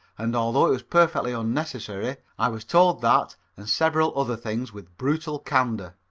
and although it was perfectly unnecessary, i was told that and several other things with brutal candor.